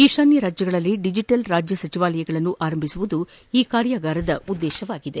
ಈಶಾನ್ಯ ರಾಜ್ಯಗಳಲ್ಲಿ ಡಿಜಿಟಲ್ ರಾಜ್ಯ ಸಚಿವಾಲಯಗಳನನ್ನು ಆರಂಭಿಸುವುದು ಈ ಕಾರ್ಯಾಗಾರದ ಉದ್ದೇಶವಾಗಿದೆ